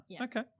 Okay